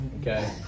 Okay